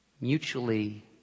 Mutually